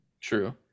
True